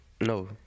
No